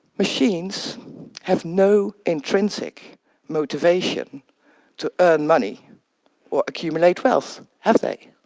machines have no intrinsic motivation to earn money or accumulate wealth, have they?